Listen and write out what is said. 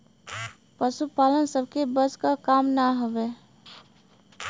पसुपालन सबके बस क काम ना हउवे